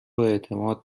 اعتماد